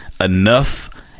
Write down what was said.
enough